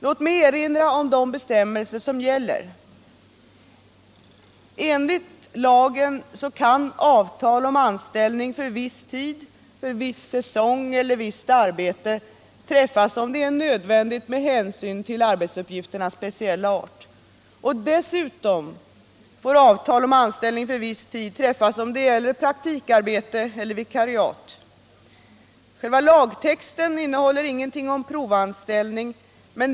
Låt mig erinra om de bestämmelser som gäller. Enligt lagen kan avtal om anställning för viss tid, viss säsong eller visst arbete träffas om det är nödvändigt med hänsyn till arbetsuppgifternas speciella art. Dessutom får avtal om anställning för viss tid träffas om det gäller praktikarbete eller vikariat. Själva lagtexten innehåller ingenting om provanställning.